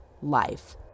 life